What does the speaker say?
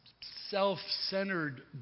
self-centered